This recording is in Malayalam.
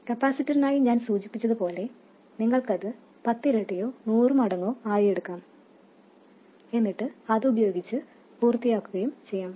കപ്പാസിറ്ററിനായി ഞാൻ സൂചിപ്പിച്ചതു പോലെ നിങ്ങൾക്കത് പത്തിരട്ടിയോ നൂറു മടങ്ങോ ആയി എടുക്കാം എന്നിട്ട് അത് ഉപയോഗിച്ച് പൂർത്തിയാക്കുകയും ചെയ്യാം